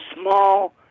small